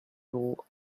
rule